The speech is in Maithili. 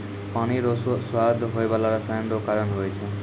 पानी रो स्वाद होय बाला रसायन रो कारण हुवै छै